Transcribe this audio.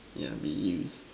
yeah be use